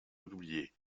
oublié